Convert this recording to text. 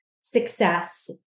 success